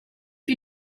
you